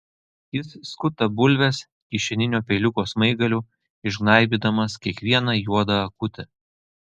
jis skuta bulves kišeninio peiliuko smaigaliu išgnaibydamas kiekvieną juodą akutę